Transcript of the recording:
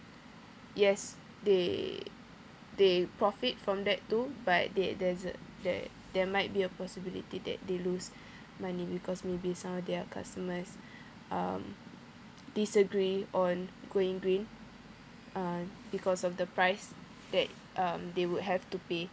yes they they profit from that too but they there's a there there might be a possibility that they lose money because maybe some of their customers um disagree on going green uh because of the price that um they would have to pay